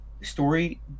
story